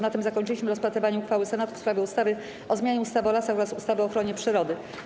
Na tym zakończyliśmy rozpatrywanie uchwały Senatu w sprawie ustawy o zmianie ustawy o lasach oraz ustawy o ochronie przyrody.